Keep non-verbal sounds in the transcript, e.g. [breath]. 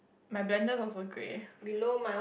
my blender also grey [breath]